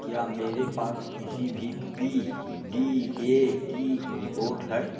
क्या मेरे पास किसी भी पी डी ए की रिपोर्ट है